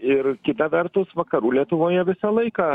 ir kita vertus vakarų lietuvoje visą laiką